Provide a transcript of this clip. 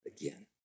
again